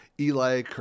Eli